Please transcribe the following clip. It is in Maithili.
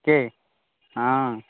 की हँ